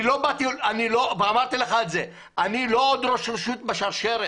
אני לא עוד ראש רשות בשרשרת